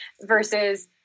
versus